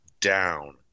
down